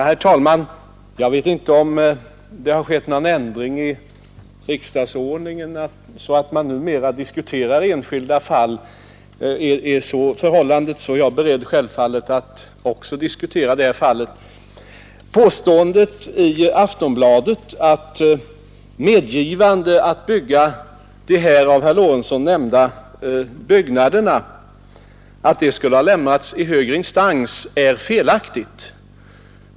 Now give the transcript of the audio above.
Herr talman! Jag vet inte om det har skett någon ändring i riksdagsordningen, så att man numera kan diskutera enskilda fall. Om så är förhållandet, är jag självfallet beredd att också diskutera detta speciella fall. Aftonbladets påstående att medgivandet att uppföra de av herr Lorentzon här nämnda byggnaderna på Gotland skulle ha lämnats i högre instans är felaktigt.